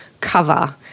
cover